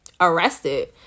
arrested